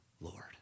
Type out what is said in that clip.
Lord